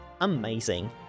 amazing